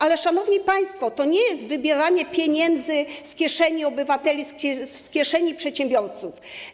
Ale szanowni państwo, to nie jest wybieranie pieniędzy z kieszeni obywateli, z kieszeni przedsiębiorców.